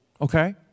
okay